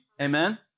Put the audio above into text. Amen